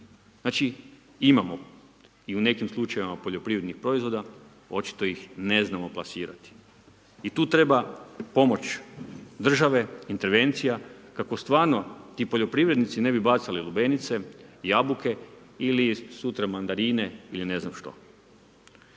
Znači imamo i u nekim slučajevima poljoprivrednih proizvoda, očito ih ne znamo plasirati. I tu treba pomoć države, intervencija kako stvarno ti poljoprivrednici ne bi bacili lubenice, jabuke ili sutra mandarine ili ne znam što.